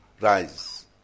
rise